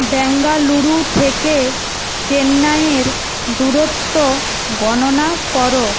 বেঙ্গালুরু থেকে চেন্নাইয়ের দূরত্ব গণনা করো